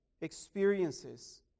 experiences